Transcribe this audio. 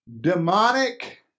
demonic